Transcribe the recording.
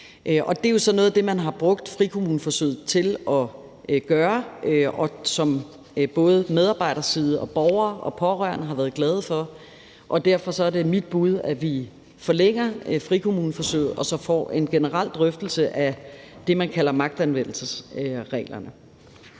Det er jo så noget af det, man har brugt frikommuneforsøget til at gøre, og som både medarbejderside, borgere og pårørende har været glade for, og derfor er det mit bud, at vi forlænger frikommuneforsøget og så får en generel drøftelse af det, man kalder magtanvendelsesregler.